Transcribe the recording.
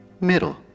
Middle